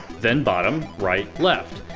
then bottom, right, left.